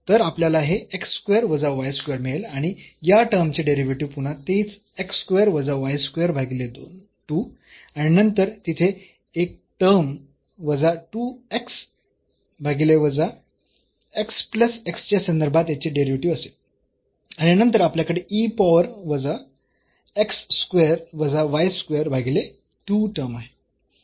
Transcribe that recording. तर आपल्याला हे x स्क्वेअर वजा y स्क्वेअर मिळेल आणि या टर्मचे डेरिव्हेटिव्ह पुन्हा तेच x स्क्वेअर वजा y स्क्वेअर भागीले 2 आणि नंतर तिथे एक टर्म वजा 2 x भागीले वजा x प्लस x च्या संदर्भात याचे डेरिव्हेटिव्ह असेल आणि नंतर आपल्याकडे e पॉवर वजा x स्क्वेअर वजा y स्क्वेअर भागीले 2 टर्म आहे